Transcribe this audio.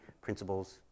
principles